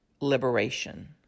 Liberation